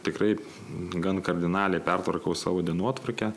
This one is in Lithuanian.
tikrai gan kardinaliai pertvarkau savo dienotvarkę